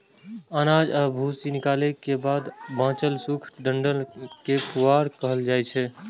अनाज आ भूसी निकालै के बाद बांचल सूखल डंठल कें पुआर कहल जाइ छै